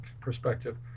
perspective